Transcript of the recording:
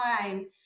time